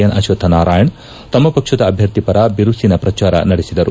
N Ashwathnarayan ತಮ್ನ ಪಕ್ಷದ ಅಭ್ಯರ್ಥಿ ಪರ ಬಿರುಸಿನ ಪ್ರಚಾರ ನಡೆಸಿದರು